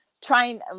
trying